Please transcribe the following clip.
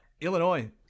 Illinois